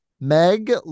Meg